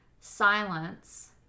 silence